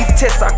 test